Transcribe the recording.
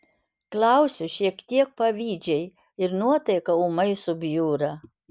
klausiu šiek tiek pavydžiai ir nuotaika ūmai subjūra